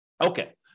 Okay